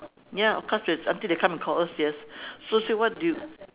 ya of course it's until they come and call us yes so I say what do you